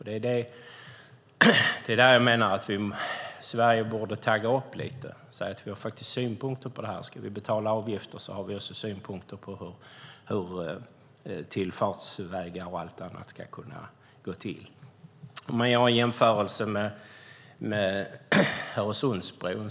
Där menar jag att Sverige borde tagga upp lite. Om vi ska betala avgifter ska vi också ha synpunkter på hur tillfartsvägar och annat ska ordnas. Man kan göra en jämförelse med Öresundsbron.